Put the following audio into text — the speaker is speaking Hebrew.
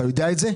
אתה יודע את זה?